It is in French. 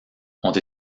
ont